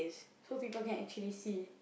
so people can actually see